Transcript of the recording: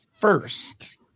first